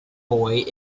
boy